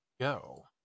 go